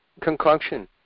Concoction